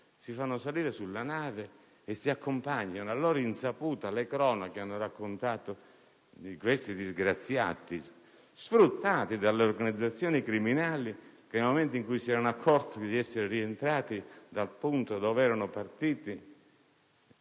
poi salire sulla nave e accompagnandole a loro insaputa da qualche parte. Le cronache hanno raccontato di questi disgraziati, sfruttati dalle organizzazioni criminali che, nel momento in cui si sono accorti di essere rientrati dal punto dove erano partiti,